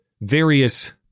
various